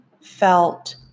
felt